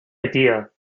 idea